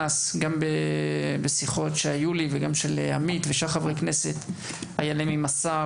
גם לי וגם לחברי כנסת אחרים,